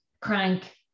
crank